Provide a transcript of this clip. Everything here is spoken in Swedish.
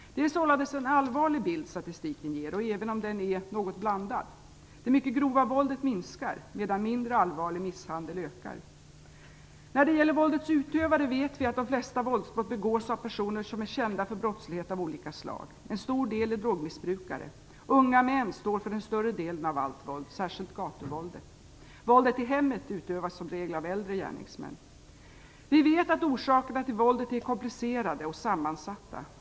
Det är således en allvarlig bild statistiken ger, även om bilden är något blandad. Det mycket grova våldet minskar, medan mindre allvarlig misshandel ökar. När det gäller våldets utövare vet vi att de flesta våldsbrott begås av personer som är kända för brottslighet av olika slag. En stor del är drogmissbrukare. Unga män står för den större delen av allt våld, särskilt gatuvåldet. Våldet i hemmen utövas som regel av äldre gärningsmän. Vi vet att orsakerna till våldet är komplicerade och sammansatta.